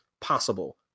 possible